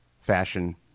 fashion